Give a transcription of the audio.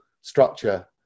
structure